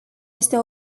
este